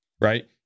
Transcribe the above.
right